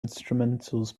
instrumentals